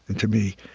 and to me,